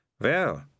Well